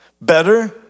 Better